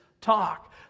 talk